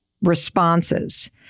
responses